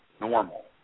normal